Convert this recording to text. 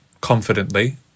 confidently